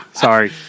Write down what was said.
Sorry